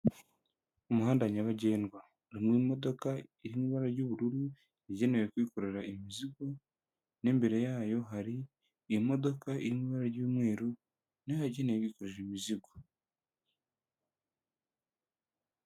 Umuhanda nyabagendwa. Urimo imodoka iri mu ibara ry'ubururu igenewe kwikorera imizigo n'imbere yayo hari modoka iri mu ibara ry'umweru na yo yagenewe kwikorera imizigo.